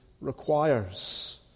requires